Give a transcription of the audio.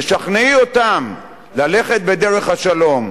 תשכנעי אותם ללכת בדרך השלום,